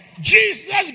Jesus